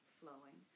flowing